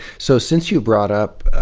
so, since you brought up